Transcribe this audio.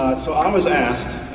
so um was asked,